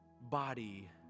body